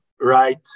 Right